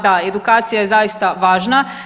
Da, edukacija je zaista važna.